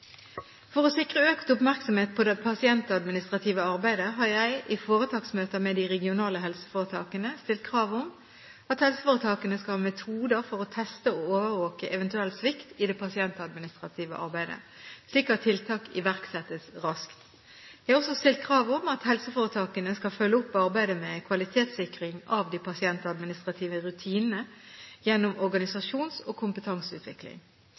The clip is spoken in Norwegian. For å sikre økt oppmerksomhet på det pasientadministrative arbeidet har jeg i foretaksmøter med de regionale helseforetakene stilt krav om at helseforetakene skal ha metoder for å teste og overvåke eventuell svikt i det pasientadministrative arbeidet, slik at tiltak iverksettes raskt. Jeg har også stilt krav om at helseforetakene skal følge opp arbeidet med kvalitetssikring av de pasientadministrative rutinene gjennom organisasjons- og kompetanseutvikling.